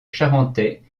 charentais